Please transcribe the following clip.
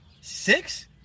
Six